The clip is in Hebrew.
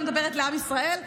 אני מדברת לעם ישראל.